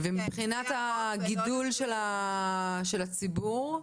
ומבחינת הגידול של הציבור?